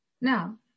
now